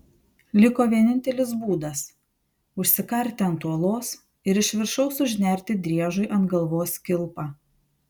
liko vienintelis būdas užsikarti ant uolos ir iš viršaus užnerti driežui ant galvos kilpą